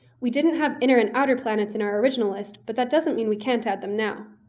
we didn't have inner and outer planets in our original list, but that doesn't mean we can't add them now.